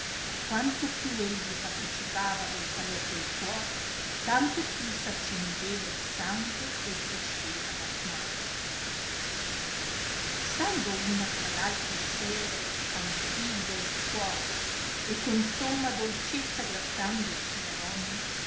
e quanto più egli participava del calor del fuoco tanto più s accendeva il sangue e cresceva la smania stando una tra l altre sere panfilio al fuoco e con somma dolcezza grattandosi la rogna